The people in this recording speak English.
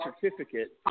certificate